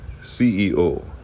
CEO